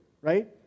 right